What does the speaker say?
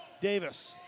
Davis